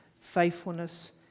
faithfulness